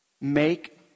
Make